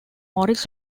morris